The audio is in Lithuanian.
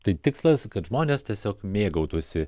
tai tikslas kad žmonės tiesiog mėgautųsi